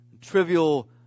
trivial